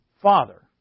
Father